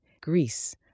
Greece